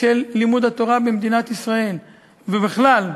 של לימוד התורה במדינת ישראל ובכלל,